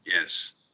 Yes